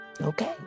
Okay